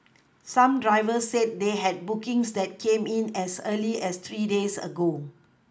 some drivers said they had bookings that came in as early as three days ago